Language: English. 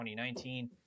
2019